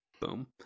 Boom